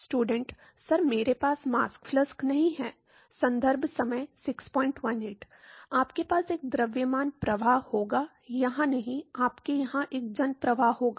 student sir मेरे पास mass flux नहीं है संदर्भ समय 0618 आपके पास एक द्रव्यमान प्रवाह होगा यहां नहीं आपके यहां एक जन प्रवाह होगा